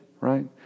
right